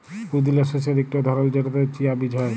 পুদিলা শস্যের ইকট ধরল যেটতে চিয়া বীজ হ্যয়